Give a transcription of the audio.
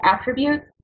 attributes